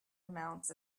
amounts